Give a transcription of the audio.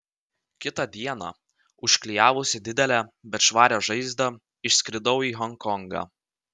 kitą dieną užklijavusi didelę bet švarią žaizdą išskridau į honkongą